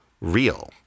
real